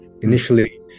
Initially